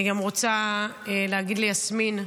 אני גם רוצה להגיד ליסמין שתמיד,